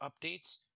updates